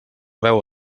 veu